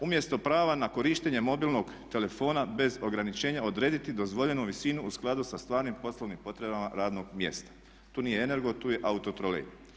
Umjesto prava na korištenje mobilnog telefona bez ograničenja odrediti dozvoljenu visinu u skladu sa stvarnim poslovnim potrebama radnog mjesta, tu nije Energo tu je Autotrolej.